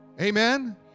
Amen